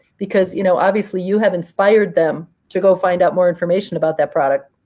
because you know obviously, you have inspired them to go find out more information about that product.